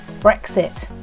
Brexit